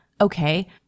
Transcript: okay